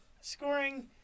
scoring